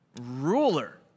ruler